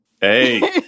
Hey